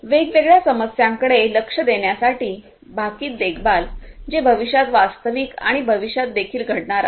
वेगवेगळ्या समस्यांकडे लक्ष देण्यासारखे भाकीत देखभाल जे भविष्यात वास्तविक आणि भविष्यात देखील घडणार आहे